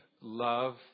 love